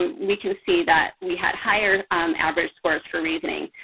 um we can see that we had higher um average scores for reasoning.